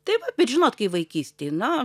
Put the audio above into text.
tai va bet žinot kai vaikystėj na